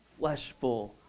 fleshful